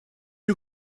you